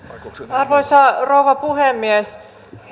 arvoisa rouva puhemies